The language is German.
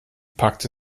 packte